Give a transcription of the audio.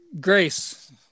Grace